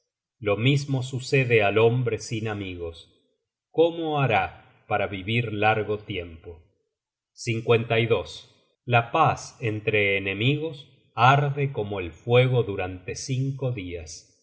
lo mismo sucede al hombre sin amigos cómo hará para vivir largo tiempo content from google book search generated at la paz entre enemigos arde como el fuego durante cinco dias